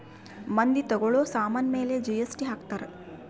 ಮಂದಿ ತಗೋಳೋ ಸಾಮನ್ ಮೇಲೆ ಜಿ.ಎಸ್.ಟಿ ಹಾಕ್ತಾರ್